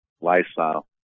lifestyle